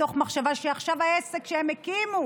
מתוך מחשבה שעכשיו העסק שהן הקימו